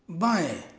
बाएँ